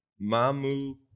Mamu